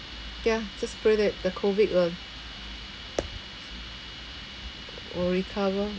ya just pray that the COVID will will recover